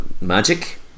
magic